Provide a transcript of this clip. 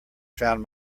found